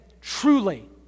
truly